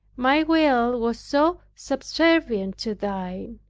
my will was so subservient to thine,